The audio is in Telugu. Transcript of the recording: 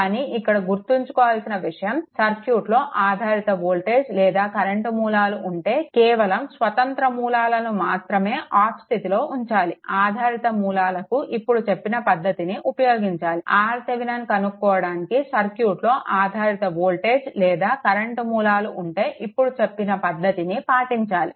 కానీ ఇక్కడ గుర్తుంచుకోవాల్సిన విషయం సర్క్యూట్లో ఆధారిత వోల్టేజ్ లేదా కరెంట్ మూలాలు ఉంటే కేవలం స్వతంత్ర మూలాలను మాత్రమే ఆఫ్ స్థితిలో ఉంచాలి ఆధారిత మూలాలకి ఇప్పుడు చెప్పిన పద్ధతిని ఉపయోగించాలి RThevenin కనుక్కోవడానికి సర్క్యూట్లో ఆధారిత వోల్టేజ్ లేదా కరెంట్ మూలాలు ఉంటే ఇప్పుడు చెప్పిన పద్ధతిని పాటించాలి